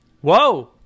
Whoa